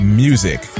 music